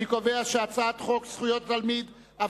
אני קובע שהצעת חוק זכויות התלמיד (תיקון מס' 2),